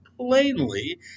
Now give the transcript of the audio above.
plainly